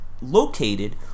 located